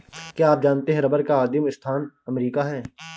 क्या आप जानते है रबर का आदिमस्थान अमरीका है?